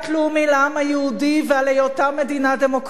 לעם היהודי ועל היותה מדינה דמוקרטית.